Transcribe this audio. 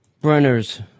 Brenner's